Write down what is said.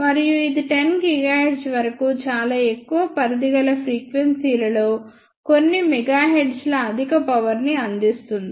మరియు ఇది 10 GHz వరకు చాలా ఎక్కువ పరిధి గల ఫ్రీక్వెన్సీ ల లో కొన్ని MHz ల అధిక పవర్ ని అందిస్తుంది